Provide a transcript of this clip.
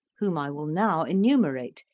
whom i will now enumerate,